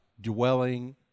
dwelling